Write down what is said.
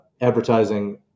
advertising